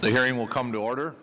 the hearing will come to order